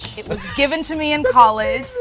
it was given to me in but college.